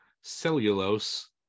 cellulose